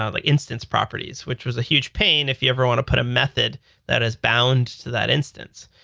ah like instance properties, which was a huge pain if you ever want to put a method that is balanced to that instance.